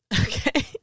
Okay